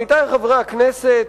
עמיתי חברי הכנסת,